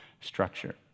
structure